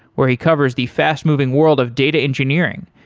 where he covers the fast-moving world of data engineering,